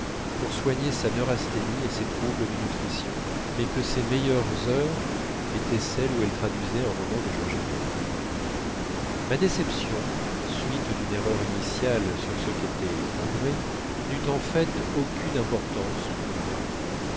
pour soigner sa neurasthénie et ses troubles de nutrition mais que ses meilleures heures étaient celles où elle traduisait un roman de george eliot ma déception suite d'une erreur initiale sur ce qu'était andrée n'eut en fait aucune importance pour moi